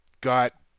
got